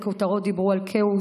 הכותרות דיברו על כאוס,